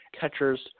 catchers